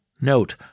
Note